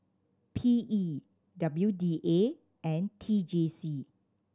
P E W D A and T J C